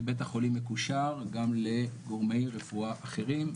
כי בית החולים מקושר גם לגורמי רפואה אחרים.